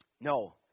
No